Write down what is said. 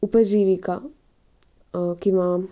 उपजीविका किंवा